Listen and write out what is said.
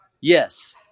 Yes